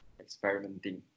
Experimenting